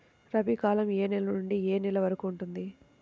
రబీ కాలం ఏ నెల నుండి ఏ నెల వరకు ఉంటుంది?